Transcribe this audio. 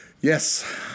Yes